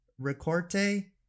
recorte